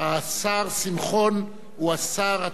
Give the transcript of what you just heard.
השר שמחון הוא השר התורן.